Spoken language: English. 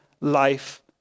life